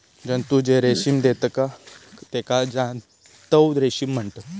जंतु जे रेशीम देतत तेका जांतव रेशीम म्हणतत